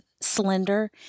slender